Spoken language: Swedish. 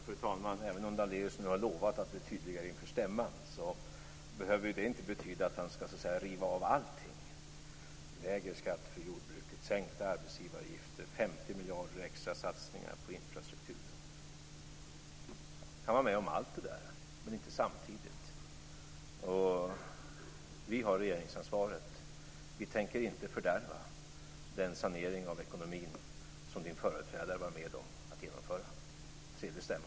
Fru talman! Även om Lennart Daléus nu har lovat att bli tydligare inför stämman behöver det inte betyda att han skall riva av allting: lägre skatt för jordbruket, sänkta arbetsgivaravgifter, 50 miljarder i extra satsningar på infrastrukturen. Jag kan vara med om allt det, men inte samtidigt. Vi har regeringsansvaret. Vi tänker inte fördärva den sanering av ekonomin som Lennart Daléus företrädare var med om att genomföra. Trevlig stämma!